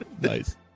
Nice